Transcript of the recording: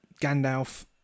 Gandalf